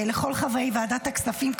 לכל חברי ועדת הכספים,